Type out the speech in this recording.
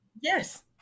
yes